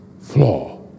flaw